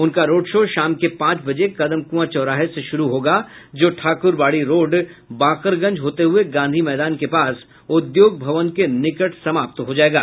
उनका road show शाम के पांच बजे कदमकुआं चौराहे से शुरू होगा जो ठाकुरबाड़ी रोड बाकरगंज होते हुये गांधी मैदान के पास उद्योग भवन के निकट समाप्त हो जायेगा